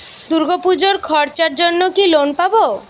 দূর্গাপুজোর খরচার জন্য কি লোন পাব?